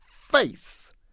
face